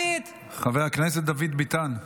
חבר הכנסת דוד ביטן.